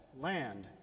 land